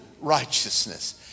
righteousness